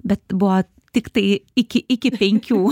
bet buvo tiktai iki iki penkių